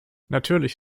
natürlich